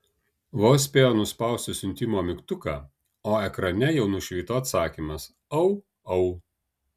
vos spėjo nuspausti siuntimo mygtuką o ekrane jau nušvito atsakymas au au